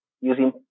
using